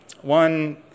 one